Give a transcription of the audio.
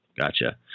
Gotcha